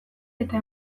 eta